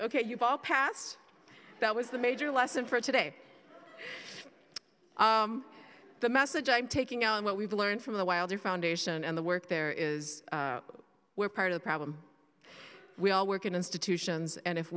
ok you all pass that was the major lesson for today the message i'm taking on what we've learned from the wilder foundation and the work there is we're part of the problem we all work in institutions and if